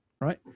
Right